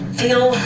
feel